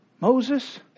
Moses